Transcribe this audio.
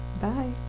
Bye